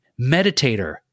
meditator